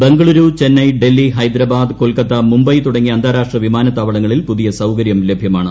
ബംഗളുരു ചെന്നൈ ഡൽഹി ഹൈദരാബാദ് കൊൽക്കത്ത മുംബൈ തുടങ്ങിയ അന്താരാഷ്ട്ര വിമാനത്താവളങ്ങളിൽ പുതിയ സൌകര്യം ലഭ്യമാണ്